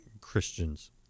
Christians